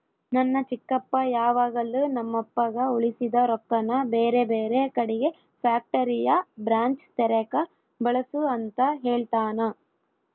ನನ್ನ ಚಿಕ್ಕಪ್ಪ ಯಾವಾಗಲು ನಮ್ಮಪ್ಪಗ ಉಳಿಸಿದ ರೊಕ್ಕನ ಬೇರೆಬೇರೆ ಕಡಿಗೆ ಫ್ಯಾಕ್ಟರಿಯ ಬ್ರಾಂಚ್ ತೆರೆಕ ಬಳಸು ಅಂತ ಹೇಳ್ತಾನಾ